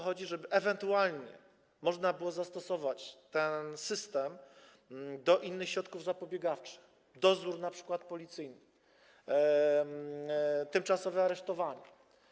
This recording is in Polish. Chodzi o to, żeby ewentualnie można było zastosować ten system do innych środków zapobiegawczych, np. dozoru policyjnego, tymczasowego aresztowania.